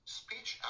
speech